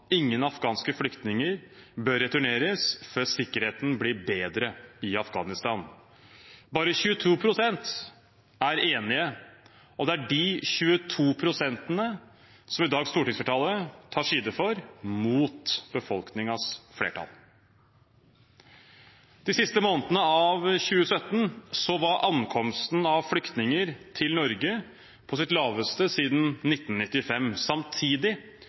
afghanske flyktninger bør returneres før sikkerheten blir bedre i Afghanistan». Bare 22 pst. er enige, og det er de 22 prosentene som stortingsflertallet i dag tar side for – mot befolkningens flertall. De siste månedene av 2017 var ankomsten av flyktninger til Norge på sitt laveste siden 1995. Samtidig